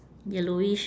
yellowish